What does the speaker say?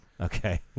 Okay